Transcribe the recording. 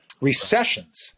recessions